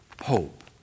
hope